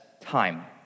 time